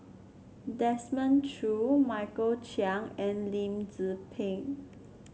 Desmond Choo Michael Chiang and Lim Tze Peng